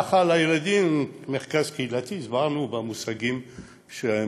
ככה, לילדים, מרכז קהילתי, הסברנו במושגים שהיו